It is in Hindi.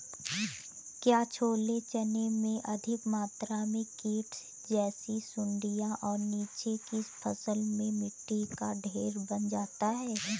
क्या छोले चने में अधिक मात्रा में कीट जैसी सुड़ियां और नीचे की फसल में मिट्टी का ढेर बन जाता है?